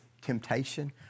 temptation